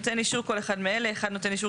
"נותן אישור" כל אחד מאלה: (1)נותן אישור